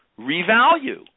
revalue